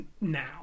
now